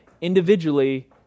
individually